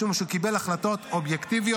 משום שהוא קיבל החלטות אובייקטיביות,